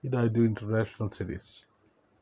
ಇದೈದು international cities